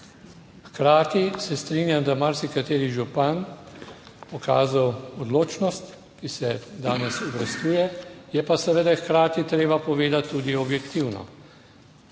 Hkrati se strinjam, da je marsikateri župan pokazal odločnost, ki se danes obrestuje. Je pa seveda hkrati treba povedati tudi objektivno,